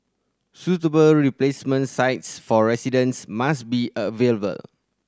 suitable replacement sites for residents must be available